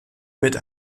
mit